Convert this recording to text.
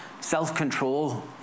self-control